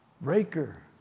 breaker